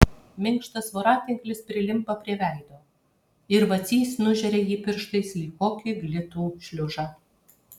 minkštas voratinklis prilimpa prie veido ir vacys nužeria jį pirštais lyg kokį glitų šliužą